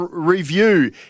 Review